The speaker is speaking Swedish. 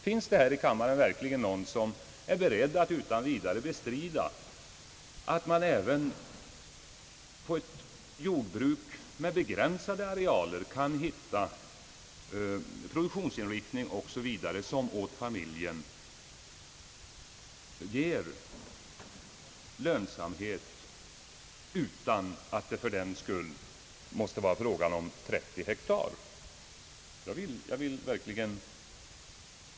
Finns här i kammaren verkligen någon som är beredd att utan vidare bestrida, att man även på ett jordbruk med begränsade arealer kan finna en produktionsinriktning, som åt familjen ger lönsamhet, utan att det fördenskull måste vara fråga om ett jordbruk på 30 hektar?